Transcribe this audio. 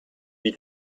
wie